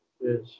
Yes